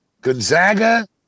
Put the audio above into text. Gonzaga